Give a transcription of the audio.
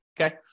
okay